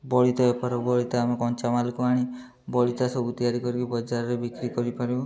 ବଳିତା ବେପାର ହଉ ବଳିତା ଆମେ କଞ୍ଚାମାଲକୁ ଆଣି ବଳିତା ସବୁ ତିଆରି କରିକି ବଜାରରେ ବିକ୍ରି କରିପାରିବୁ